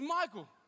Michael